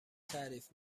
تعریف